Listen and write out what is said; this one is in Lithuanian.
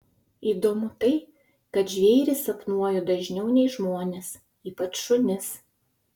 įdomu tai kad žvėris sapnuoju dažniau nei žmones ypač šunis